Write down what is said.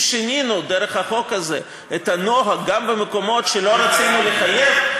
אם שינינו דרך החוק הזה את הנוהג הזה גם במקומות שלא רצינו לחייב,